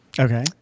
Okay